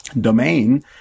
domain